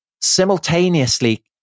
simultaneously